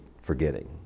forgetting